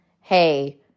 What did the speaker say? hey